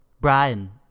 Brian